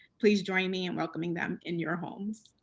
please join me in welcoming them in your homes.